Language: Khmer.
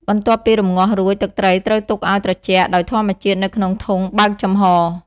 បន្ទាប់ពីរំងាស់រួច ទឹកត្រីត្រូវទុកឱ្យ ត្រជាក់ ដោយធម្មជាតិនៅក្នុងធុងបើកចំហ។